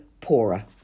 poorer